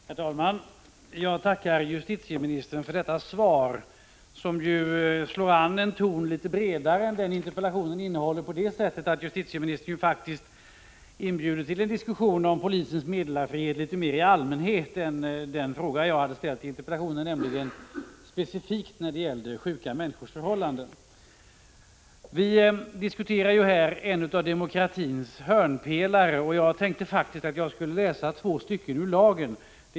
Herr talman! Jag tackar justitieministern för detta svar, som slår an en litet bredare ton än den interpellationen innehåller. Justitieministern inbjuder ju faktiskt till en diskussion om polisens meddelarfrihet litet mer i allmänhet än om den fråga jag har angett i interpellationen, nämligen polisens meddelarfrihet då det gäller specifikt sjuka människors förhållanden. Vi diskuterar här en av demokratins hörnpelare, och jag tänker läsa upp två stycken ur lagen.